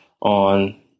on